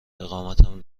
اقامتم